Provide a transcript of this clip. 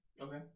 Okay